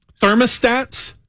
thermostats